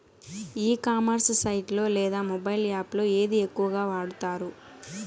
E commerce site లో లేదా mobile app లో ఏది ఎక్కువగా వాడుతారు?